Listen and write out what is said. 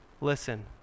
listen